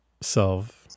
self